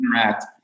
interact